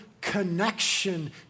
connection